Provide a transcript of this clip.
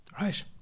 Right